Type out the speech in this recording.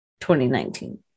2019